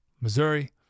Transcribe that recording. Missouri